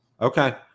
Okay